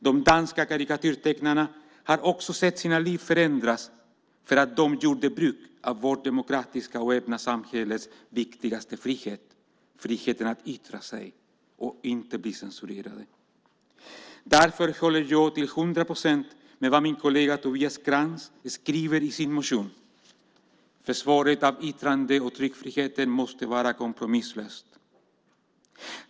De danska karikatyrtecknarna har också sett sina liv förändras för att de gjorde bruk av vårt demokratiska och öppna samhälles viktigaste frihet, friheten att yttra sig och inte bli censurerade. Därför håller jag till hundra procent med om vad min kollega Tobias Krantz skriver i sin motion: Försvaret av yttrande och tryckfriheten måste vara kompromisslöst.